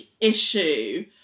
issue